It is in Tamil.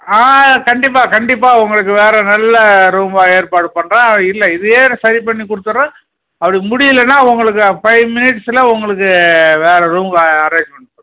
ஆ கண்டிப்பாக கண்டிப்பாக உங்களுக்கு வேறு நல்ல ரூம்பா ஏற்பாடு பண்ணுறேன் இல்லை இதையே நான் சரி பண்ணி கொடுத்துட்றேன் அப்படி முடியலனா உங்களுக்கு ஃபைவ் மினிட்ஸில் உங்களுக்கு வேறு ரூம்ப அரேஞ்ச் பண்